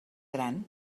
gran